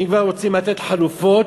אם כבר רוצים לתת חלופות,